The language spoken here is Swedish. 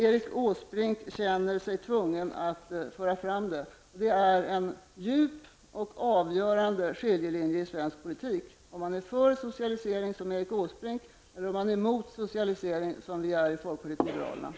Erik Åsbrink känner sig tvungen att föra fram förslaget. Det är en djup och avgörande skiljelinje i svensk politik, om man är för socialisering, som Erik Åsbrink är, och om man är emot socialisering, som folkpartiet liberalerna är.